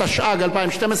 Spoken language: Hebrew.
התשע"ג 2012,